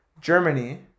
Germany